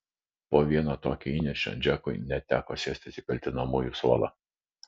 po vieno tokio įniršio džekui net teko sėstis į kaltinamųjų suolą